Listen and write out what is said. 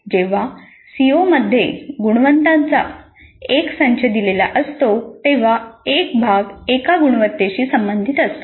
जेव्हा सिओमध्ये गुणवंतांचा एक संच दिलेला असतो तेव्हा एक भाग एका गुणवत्तेशी संबंधित असतो